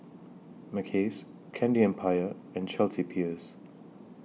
Mackays Candy Empire and Chelsea Peers